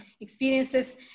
experiences